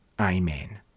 Amen